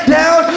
down